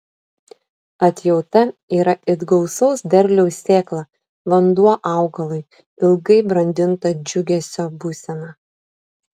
atjauta yra it gausaus derliaus sėkla vanduo augalui ilgai brandinto džiugesio būsena